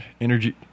energy